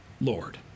Lord